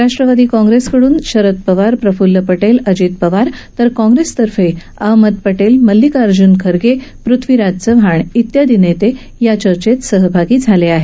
राष्ट्रवादी काँग्रेसकडून शरद पवार प्रफुल्ल पटेल अजित पवार तर काँग्रेसतर्फे अहमद पटेल मल्लिकार्ज्न खर्मे पृथ्वीराज चव्हाण हे नेते या चर्चेत सहभागी झाले आहेत